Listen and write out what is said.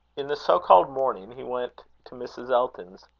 in the so-called morning he went to mrs. elton's.